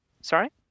Sorry